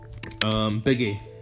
Biggie